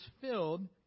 filled